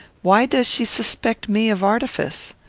why does she suspect me of artifice?